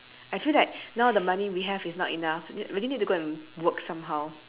I feel that now the money we have is not enough we really need to go and work somehow